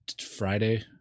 Friday